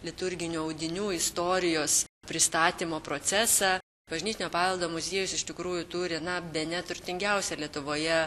liturginių audinių istorijos pristatymo procesą bažnytinio paveldo muziejus iš tikrųjų turi na bene turtingiausią lietuvoje